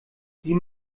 sie